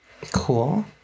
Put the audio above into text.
Cool